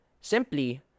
simply